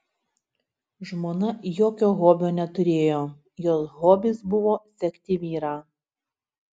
žmona jokio hobio neturėjo jos hobis buvo sekti vyrą